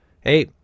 Hey